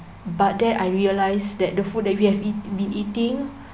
but then I realised that the food that we have been eating